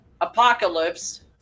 Apocalypse